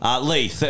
Lee